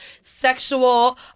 sexual